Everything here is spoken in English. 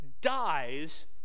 Dies